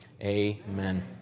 amen